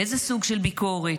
איזה סוג של ביקורת?